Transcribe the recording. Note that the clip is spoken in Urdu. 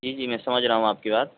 جی جی میں سمجھ رہا ہوں آپ کی بات